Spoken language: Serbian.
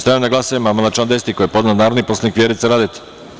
Stavljam na glasanje amandman na član 2. koji je podneo narodni poslanik Vjerica Radeta.